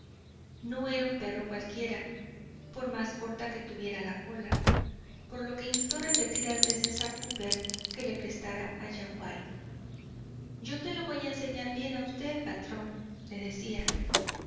no era un perro cualquiera por más corta que tuviera la cola por lo que instó repetidas veces a cooper a que le prestara a yaguaí yo te lo voy a enseñar bien a usted patrón le decía